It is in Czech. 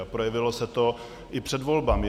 Projevilo se to i před volbami.